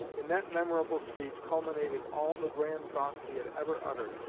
in that memorable speech culminated all the grand thoughts he had ever uttered,